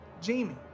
Jamie